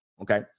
Okay